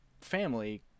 family